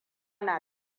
na